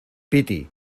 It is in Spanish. piti